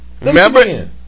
Remember